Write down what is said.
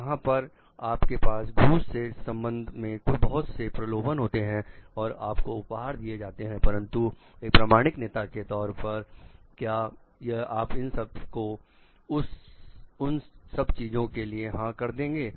जहां पर आपके पास घूस के संबंध में बहुत से प्रलोभन होते हैं और आपको उपहार दिए जाते हैं परंतु एक प्रमाणिक नेता के तौर पर क्या आप इन सब को उन सब चीजों के लिए हां कर देंगे